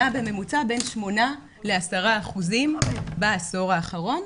נע בממוצע בין 8%-10% בעשור האחרון,